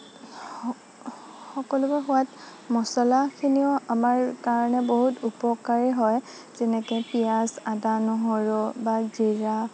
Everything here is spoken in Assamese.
সকলোবোৰ সোৱাদ মছলাখিনিও আমাৰ কাৰণে বহুত উপকাৰী হয় যেনেকৈ পিয়াঁজ আদা নহৰু বা জিৰা